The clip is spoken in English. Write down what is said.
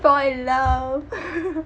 fall in love